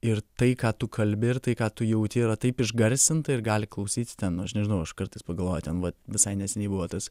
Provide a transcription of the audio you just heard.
ir tai ką tu kalbi ir tai ką tu jauti yra taip išgarsinta ir gali klausyt ten aš nežinau aš kartais pagalvoju ten vat visai neseniai buvo tas